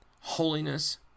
holiness